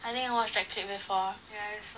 I think I watch that clip before